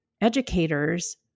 educators